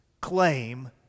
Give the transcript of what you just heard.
claim